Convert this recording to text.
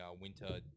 winter